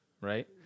right